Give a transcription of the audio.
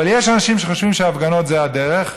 אבל יש אנשים שחושבים שהפגנות זה הדרך,